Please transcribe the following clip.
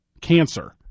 cancer